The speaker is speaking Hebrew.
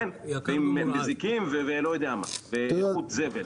כן ועם מזיקים ולא יודע מה ואיכות זבל,